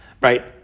right